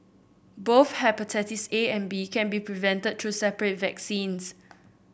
both hepatitis A and B can be prevented through separate vaccines